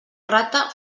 rata